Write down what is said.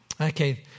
Okay